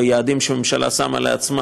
ביעדים שהממשלה שמה לעצמה,